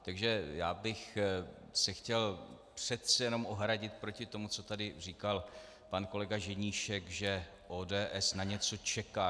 Takže bych se chtěl přece jenom ohradit proti tomu, co tady říkal pan kolega Ženíšek, že ODS na něco čeká.